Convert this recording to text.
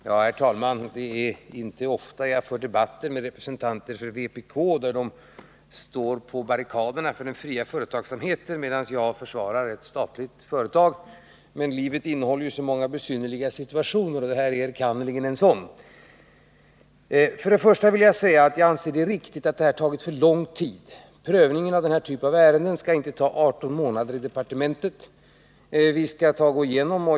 Herr talman! Det är inte ofta jag för debatter med representanter för vpk, där de står på barrikaderna för den fria företagsamheten, medan jag försvarar ett statligt företag. Men livet innehåller ju så många besynnerliga situationer, och detta är sannerligen en sådan. För det första vill jag säga att jag anser att det är riktigt att detta har tagit förlång tid. Prövningen av den här typen av ärenden skall inte ta 18 månader i departementet.